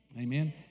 Amen